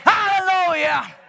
Hallelujah